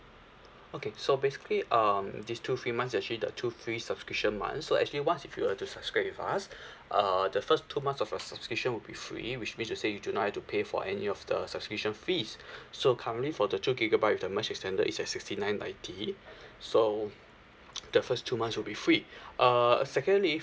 okay so basically um these two free months actually the two free subscription months so actually once if you were to subscribe with us uh the first two months of your subscription would be free which means to say you do not have to pay for any of the subscription fees so currently for the two gigabyte with the mesh extender is at sixty nine ninety so the first two months will be free uh secondly